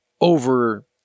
over